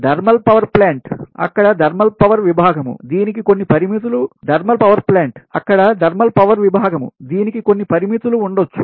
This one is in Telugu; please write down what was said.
ధర్మల్ పవర్ ప్లాంట్అక్కడ ధర్మల్ పవర్ విభాగముదీనికి కొన్ని పరిమితులు ఉండొచ్చు